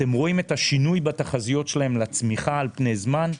אתם רואים את השינוי בתחזיות שלהם לצמיחה על פני זמן.